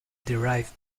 derived